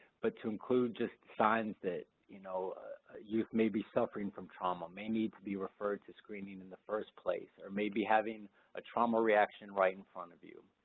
but to include just signs that you know youth may be suffering from trauma, may need to be referred to screening in the first place or maybe having a trauma reaction right in front of you.